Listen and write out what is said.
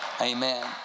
Amen